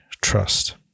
trust